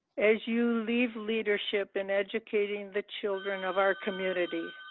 as you leave leadership in educating the children of our community.